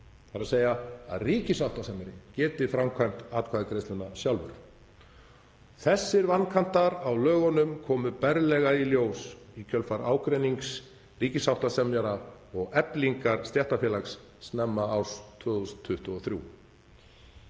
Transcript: þ.e. að ríkissáttasemjari geti framkvæmt atkvæðagreiðsluna sjálfur. Þessir vankantar á lögunum komu berlega í ljós í kjölfar ágreinings ríkissáttasemjara og Eflingar – stéttarfélags snemma árs 2023.